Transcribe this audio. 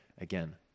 again